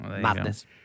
Madness